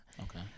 Okay